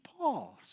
Paul's